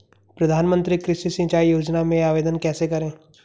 प्रधानमंत्री कृषि सिंचाई योजना में आवेदन कैसे करें?